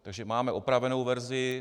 Takže máme opravenou verzi.